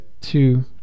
two